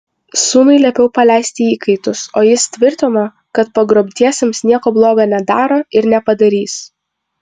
sūnui liepiau paleisti įkaitus o jis tvirtino kad pagrobtiesiems nieko bloga nedaro ir nepadarys